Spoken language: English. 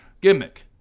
gimmick